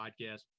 podcast